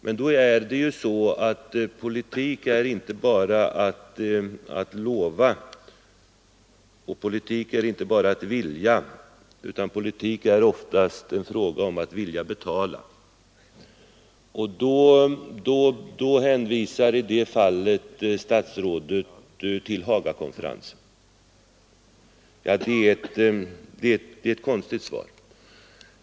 Men politik är inte bara att lova, inte heller bara att vilja, utan politik är oftast en fråga om att vilja betala. Och där hänvisar statsrådet till Hagakonferensen. Men det är ett konstigt svar.